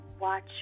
watch